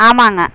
ஆமாம்ங்க